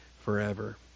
forever